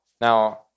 Now